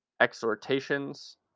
exhortations